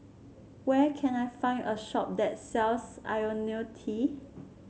where can I find a shop that sells IoniL T